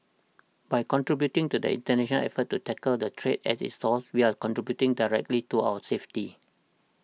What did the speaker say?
by contributing to the international effort to tackle the threat at its source we are contributing directly to our safety